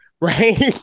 Right